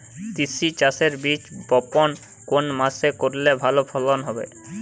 তিসি চাষের বীজ বপন কোন মাসে করলে ভালো ফলন হবে?